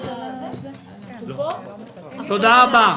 תודה רבה.